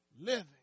living